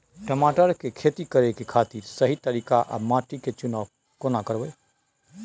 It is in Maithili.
टमाटर की खेती करै के खातिर सही तरीका आर माटी के चुनाव केना करबै?